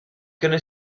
gonna